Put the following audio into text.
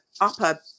upper